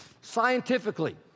scientifically